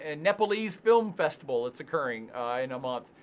and nepalese film festival that's occurring in a month.